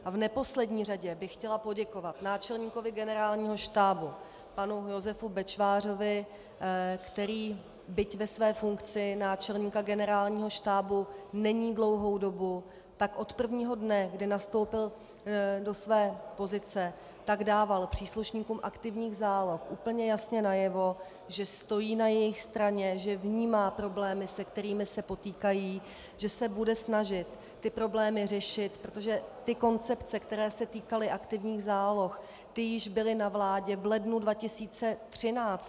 V neposlední řadě bych chtěla poděkovat náčelníkovi Generálního štábu panu Josefu Bečvářovi, který, byť ve své funkci náčelníka Generálního štábu není dlouhou dobu, tak od prvního dne, kdy nastoupil do své pozice, dával příslušníkům aktivních záloh úplně jasně najevo, že stojí na jejich straně, že vnímá problémy, se kterými se potýkají, že se bude snažit ty problémy řešit, protože ty koncepce, které se týkaly aktivních záloh, ty už byly na vládě v lednu 2013.